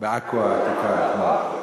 בעכו העתיקה, אתמול.